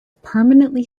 permanently